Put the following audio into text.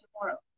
tomorrow